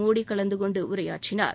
மோடி கலந்து கொண்டு உரையாற்றினார்